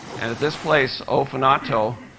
and at this place, ofunato,